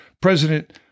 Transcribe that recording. President